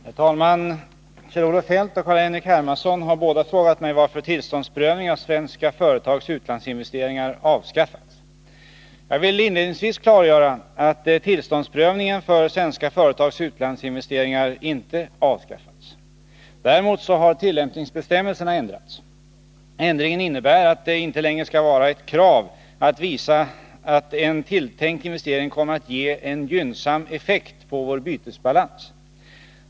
Herr talman! Kjell-Olof Feldt och Carl-Henrik Hermansson har båda frågat mig varför tillståndsprövningen av svenska företags utlandsinvesteringar avskaffats. Jag vill inledningsvis klargöra att tillståndsprövningen för svenska företags utlandsinvesteringar inte avskaffats. Däremot har tillämpningsbestämmelserna ändrats. Ändringen innebär att det inte längre skall vara ett krav att visa att en tilltänkt investering kommer att ge en gynnsam effekt på vår bytesbalans.